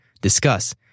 discuss